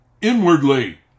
inwardly